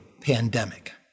pandemic